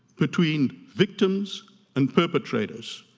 between victims and perpetrators.